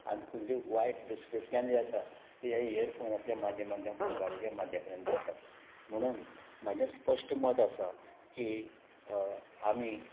आनी तुजी वायट दृश्कृत्यांनी जाता ते इयरफोनाच्या माद्यमांतल्यान मोबायलाच्या माद्यमांतल्यान जाता म्हणून म्हजें स्पश्ट मत आसा की आमी